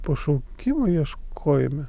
pašaukimo ieškojime